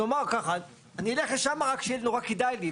נאמר ככה אני אלך לשם רק כשיהיה נורא כדאי לי,